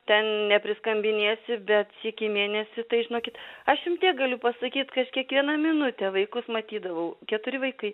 ten nepriskambinėsi bet sykį į mėnesį tai žinokit aš jum tiek galiu pasakyt kad aš kiekvieną minutę vaikus matydavau keturi vaikai